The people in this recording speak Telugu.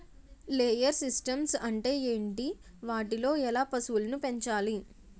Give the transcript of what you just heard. లేయర్ సిస్టమ్స్ అంటే ఏంటి? వాటిలో ఎలా పశువులను పెంచాలి?